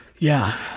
yeah.